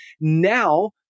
now